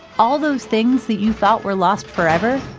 all those things that you thought were lost forever,